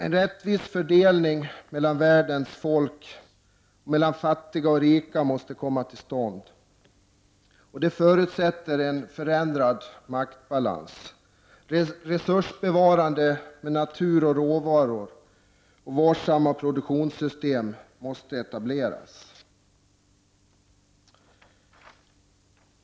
En rättvis fördelning mellan världens folk och mellan fattiga och rika måste komma till stånd. Det förutsätter en förändrad maktbalans. Resursbevarande, med natur och råvaror varsamma produktionssystem, måste etableras.